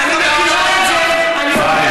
אני אומרת לך, אני,